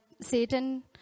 Satan